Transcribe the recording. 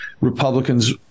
Republicans